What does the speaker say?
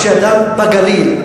כשאדם בגליל,